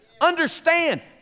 Understand